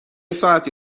ساعتی